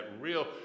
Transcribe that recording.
real